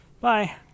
Bye